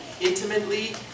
intimately